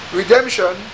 redemption